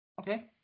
Okay